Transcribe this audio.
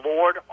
Lord